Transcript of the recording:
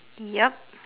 yup